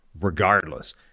regardless